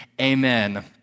Amen